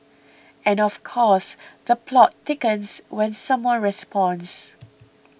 and of course the plot thickens when someone responds